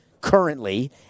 currently